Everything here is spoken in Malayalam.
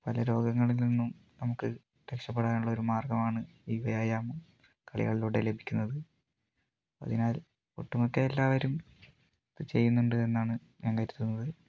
പല രോഗങ്ങളിൽ നിന്നും നമുക്ക് രക്ഷപ്പെടാൻ ഉള്ള ഒരു മാർഗ്ഗമാണ് ഈ വ്യായാമം കളികളിലൂടെ ലഭിക്കുന്നത് അതിനാൽ ഒട്ടുമിക്ക എല്ലാവരും ഇത് ചെയ്യുന്നുണ്ട് എന്നാണ് ഞാൻ കരുതുന്നത്